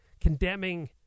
condemning